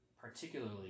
particularly